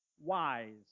wise